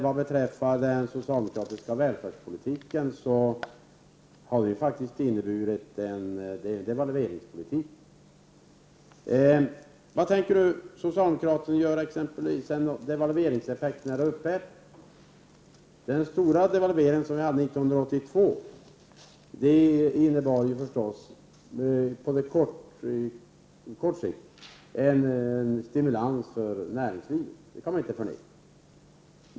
Vad beträffar den socialdemokratiska välfärdspolitiken har den faktiskt varit en devalveringspolitik. Vad tänker nu socialdemokraterna göra sedan devalveringseffekterna är uppätna? Den stora devalvering vi genomförde 1982 innebar förstås på kort sikt en stimulans för näringslivet, det kan man inte förneka.